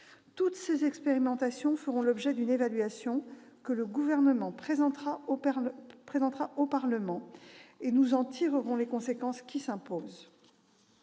Toutes ces expérimentations feront l'objet d'une évaluation que le Gouvernement présentera au Parlement, et nous en tirerons les conséquences qui s'imposent.